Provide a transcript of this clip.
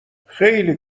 خیلی